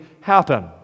happen